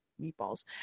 meatballs